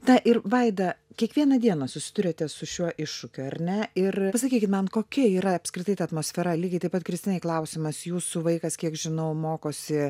na ir vaida kiekvieną dieną susiduriate su šiuo iššūkiu ar ne ir pasakykit man kokia yra apskritai atmosfera lygiai taip pat kristinai klausimas jūsų vaikas kiek žinau mokosi